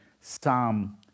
Psalm